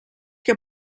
que